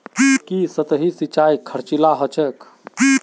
की सतही सिंचाई खर्चीला ह छेक